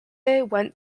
went